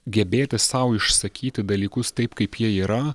gebėti sau išsakyti dalykus taip kaip jie yra